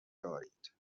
دارید